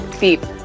beep